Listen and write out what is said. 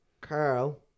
Carl